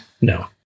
No